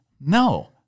no